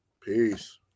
Peace